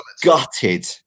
gutted